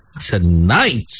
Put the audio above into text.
tonight